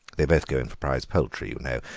they both go in for prize poultry, you know,